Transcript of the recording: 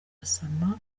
gassama